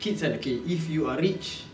kids kan okay if you are rich